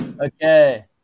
Okay